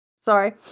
Sorry